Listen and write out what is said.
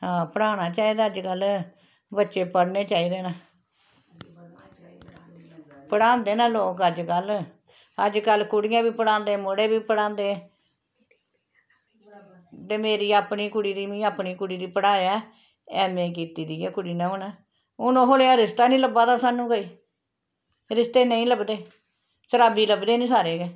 हां पढ़ाना चाहिदा अज्जकल बच्चे पढ़ने चाहिदे न पढ़ांदे न लोक अज्जकल अज्जकल कुड़ियां बी पढ़ांदे मुढ़े बी पढ़ांदे ते मेरी अपनी कुड़ी दी में अपनी कुड़ी गी पढ़ाया ऐ एम ए कीती दी ऐ कुड़ी ने हून हून ओह् नेहा रिश्ता निं लब्भा दा सानू कोई रिश्ते नेईं लभदे शराबी लभदे निं सारे गै